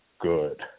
good